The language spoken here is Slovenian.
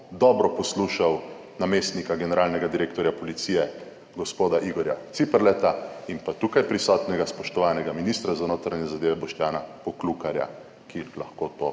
dobro poslušal namestnika generalnega direktorja policije, gospoda Igorja Ciperleta in pa tukaj prisotnega, spoštovanega ministra za notranje zadeve, Boštjana Poklukarja, ki lahko to